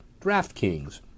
DraftKings